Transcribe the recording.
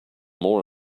more